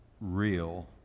real